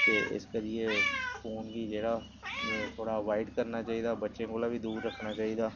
ते इस करियै फोन गी जेह्ड़ा थोह्ड़ा अवायड करना चाहिदा बच्चें कोला बी दूर रक्खना चाहिदा